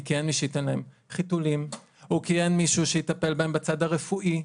כי אין מי שייתן להם חיתולים או כי אין מישהו שיטפל בהם בצד הרפואי.